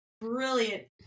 brilliant